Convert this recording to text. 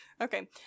okay